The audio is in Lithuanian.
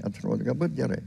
atrodo galbūt gerai